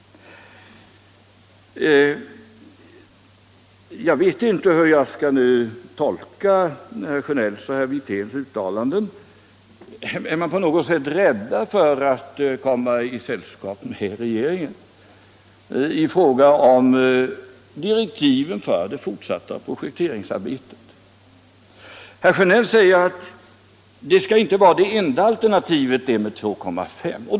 Jag vet inte hur jag skall tolka herr Sjönells och herr Wirténs uttalanden. Är man på något sätt rädd för att komma i sällskap med regeringen i fråga om direktiv för det fortsatta projekteringsarbetet? Herr Sjönell säger att alternativet med 2,5 miljoner ton per år inte skall vara det enda.